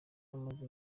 amaze